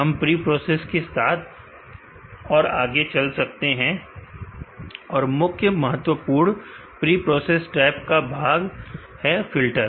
हम प्रीप्रोसेस के साथ और आगे चलते हैं और मुख्य महत्वपूर्ण प्रीप्रोसेस टैब का भाग है फिल्टर